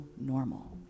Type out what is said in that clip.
normal